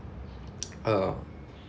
uh